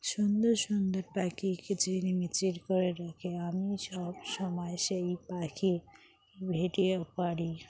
সুন্দর সুন্দর পাখি কিচিরমিচির করে ডাকে আমি সবসময় সেই পাখির ভিডিও পারি